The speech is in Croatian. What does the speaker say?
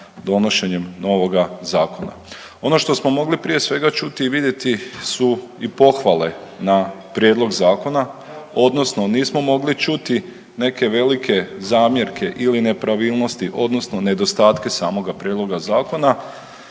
donošenjem novoga zakona. Ono što smo mogli prije svega čuti i vidjeti su i pohvale na prijedlog zakona, odnosno nismo mogli čuti neke velike zamjerke ili nepravilnosti, odnosno nedostatke samoga prijedloga zakona.